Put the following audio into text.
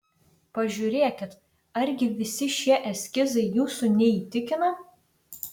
pažiūrėkit argi visi šie eskizai jūsų neįtikina